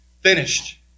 finished